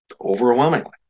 overwhelmingly